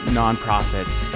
nonprofits